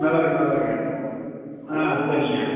நல்லது நல்லதுங்க ஆ சரிங்க